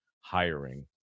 hiring